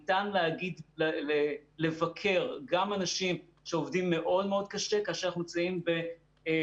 ניתן לבקר גם אנשים שעובדים מאוד מאוד קשה כאשר אנחנו מצויים במגפה,